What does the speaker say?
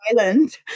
island